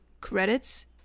credits